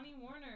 Warner